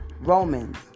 Romans